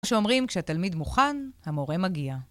כמו שאומרים, כשהתלמיד מוכן, המורה מגיע.